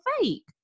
fake